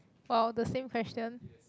!wow! the same question